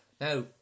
Now